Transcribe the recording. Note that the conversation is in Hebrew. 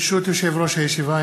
ברשות יושב-ראש הישיבה,